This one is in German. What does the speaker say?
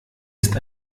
ist